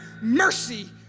mercy